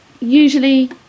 usually